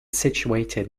situated